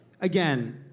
Again